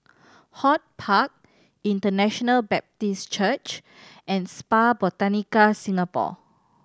HortPark International Baptist Church and Spa Botanica Singapore